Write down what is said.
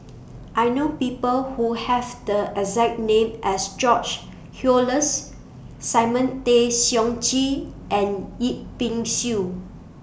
I know People Who Have The exact name as George Oehlers Simon Tay Seong Chee and Yip Pin Xiu